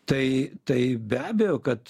tai tai be abejo kad